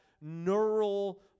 neural